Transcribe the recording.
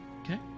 Okay